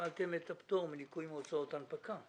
קיבלתם את הפטור מניכוי מהוצאות הנפקה.